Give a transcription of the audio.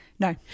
no